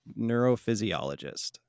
neurophysiologist